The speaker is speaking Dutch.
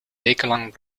wekenlang